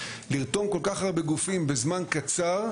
לרתום כל כך הרבה גופים בזמן קצר,